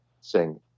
sing